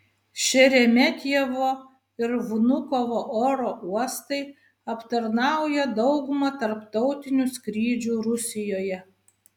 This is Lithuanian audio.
šeremetjevo ir vnukovo oro uostai aptarnauja daugumą tarptautinių skrydžių rusijoje